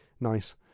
Nice